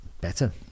Better